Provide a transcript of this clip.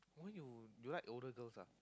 why you you like older girls ah